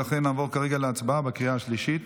ולכן נעבור כרגע להצבעה בקריאה השלישית.